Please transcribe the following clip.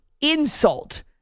insult